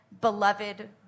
beloved